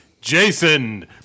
Jason